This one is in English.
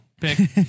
pick